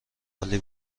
عالی